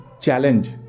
challenge